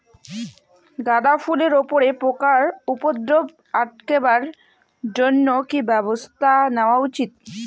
গাঁদা ফুলের উপরে পোকার উপদ্রব আটকেবার জইন্যে কি ব্যবস্থা নেওয়া উচিৎ?